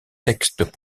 textes